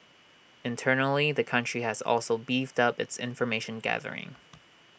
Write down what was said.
internally the country has also beefed up its information gathering